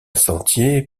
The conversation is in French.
sentier